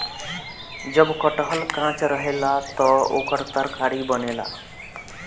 जब कटहल कांच रहेला त ओकर तरकारी बनेला